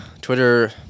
Twitter